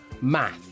Math